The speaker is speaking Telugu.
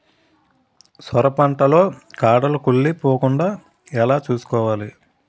సొర పంట లో కాడలు కుళ్ళి పోకుండా ఎలా చూసుకోవాలి?